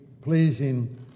pleasing